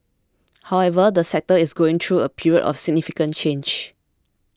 however the sector is going through a period of significant change